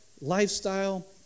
lifestyle